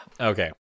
Okay